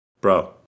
bro